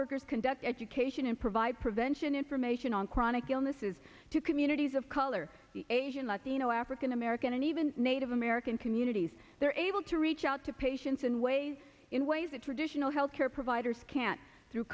workers conduct education and provide prevention information on chronic illnesses to communities of color asian latino african american and even native american communities they're able to reach out to patients in ways in ways that traditional healthcare providers can